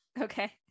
Okay